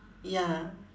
ya